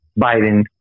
Biden